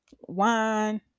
wine